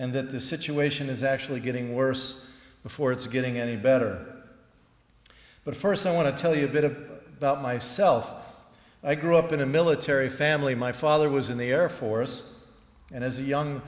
and that the situation is actually getting worse before it's getting any better but first i want to tell you a bit of about myself i grew up in a military family my father was in the air force and as a young